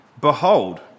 behold